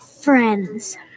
Friends